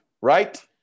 right